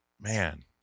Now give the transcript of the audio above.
Man